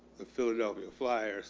the philadelphia flyers